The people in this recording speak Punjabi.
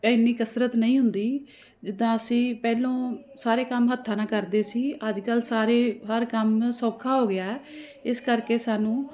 ਇੰਨੀ ਕਸਰਤ ਨਹੀਂ ਹੁੰਦੀ ਜਿੱਦਾਂ ਅਸੀਂ ਪਹਿਲਾਂ ਸਾਰੇ ਕੰਮ ਹੱਥਾਂ ਨਾਲ ਕਰਦੇ ਸੀ ਅੱਜ ਕੱਲ੍ਹ ਸਾਰੇ ਹਰ ਕੰਮ ਸੌਖਾ ਹੋ ਗਿਆ ਇਸ ਕਰਕੇ ਸਾਨੂੰ